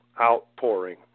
outpouring